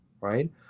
right